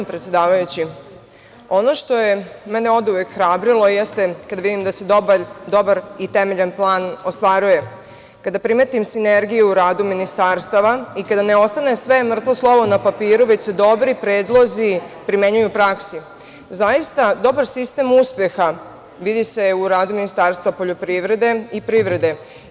Ono što je mene oduvek hrabrilo jeste kada vidim da se dobar i temeljan plan ostvaruje, kada primetim sinergiju u radu ministarstava i kada ne ostane sve mrtvo slovo na papiru, već se dobri predlozi primenjuju u praksi, zaista dobar sistem uspeha vidi se u radu Ministarstva poljoprivrede i privrede.